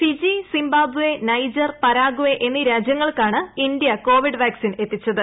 Fiji Zimbabwe Niger Paraguay എന്നീ രാജ്യങ്ങൾക്കാണ് India Covid vaccine എത്തിച്ചത്